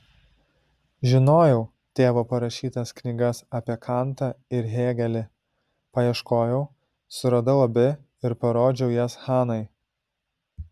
žinojau tėvo parašytas knygas apie kantą ir hėgelį paieškojau suradau abi ir parodžiau jas hanai